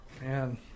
Man